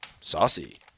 saucy